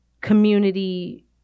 community